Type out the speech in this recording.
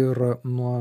ir nuo